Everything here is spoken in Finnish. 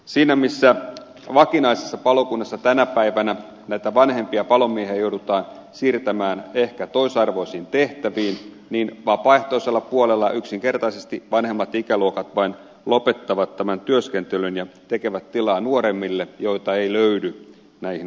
siinä missä vakinaisessa palokunnassa näitä vanhempia palomiehiä joudutaan tänä päivänä siirtämään ehkä toisarvoisiin tehtäviin niin vapaaehtoisella puolella yksinkertaisesti vanhemmat ikäluokat vain lopettavat tämän työskentelyn ja tekevät tilaa nuoremmille joita ei löydy näihin hommiin